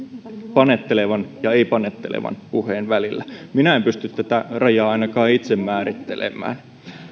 panettelevan ja ei panettelevan puheen välillä minä en pysty tätä rajaa ainakaan itse määrittelemään